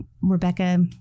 Rebecca